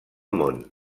món